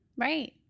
Right